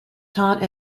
taught